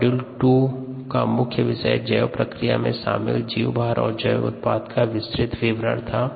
module 2 का मुख्य विषय जैव प्रक्रिया में शामिल जीवभार और जैव उत्पाद का विस्तृत विवरण था